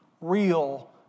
real